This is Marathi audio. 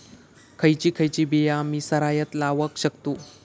खयची खयची बिया आम्ही सरायत लावक शकतु?